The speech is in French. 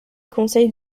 conseils